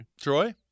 Troy